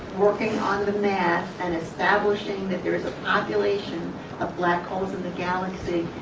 working on the math and establishing that there's a population of black holes in the galaxy,